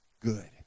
good